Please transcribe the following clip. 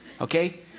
okay